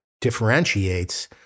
differentiates